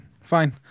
fine